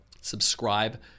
Subscribe